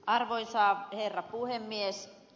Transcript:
arvoisa herra puhemies